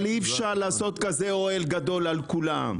אי-אפשר לעשות כזה אוהל גדול על כולם.